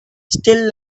still